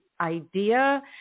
idea